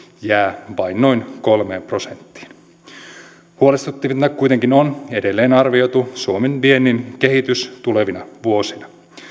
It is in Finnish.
jää vain noin kolmeen prosenttiin huolestuttavinta kuitenkin on edelleen arvioitu suomen viennin kehitys tulevina vuosina